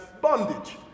bondage